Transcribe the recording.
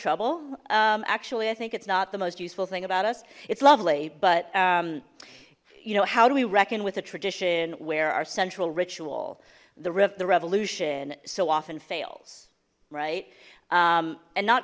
trouble actually i think it's not the most useful thing about us it's lovely but you know how do we reckon with a tradition where our central ritual the rift the revolution so often fails right and not